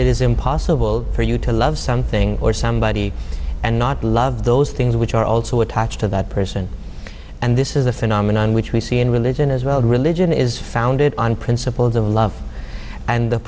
it is impossible for you to love something or somebody and not love those things which are also attached to that person and this is a phenomenon which we see in religion as well religion is founded on principles of love and the